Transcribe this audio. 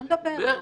לא נדבר.